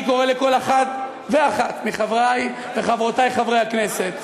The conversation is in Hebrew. אני קורא לכל אחד ואחת מחברי וחברותי חברי הכנסת